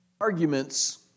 arguments